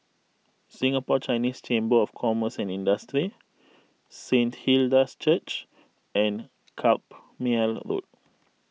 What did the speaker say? Singapore Chinese Chamber of Commerce and Industry Saint Hilda's Church and Carpmael Road